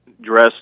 dressed